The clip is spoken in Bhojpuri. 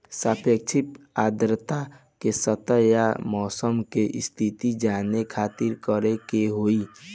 सापेक्षिक आद्रता के स्तर या मौसम के स्थिति जाने खातिर करे के होई?